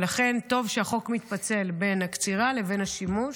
לכן טוב שהחוק מתפצל בין הקצירה לבין השימוש.